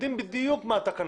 יודעים בדיוק מה התקנות,